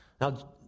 Now